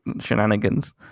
shenanigans